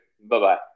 Bye-bye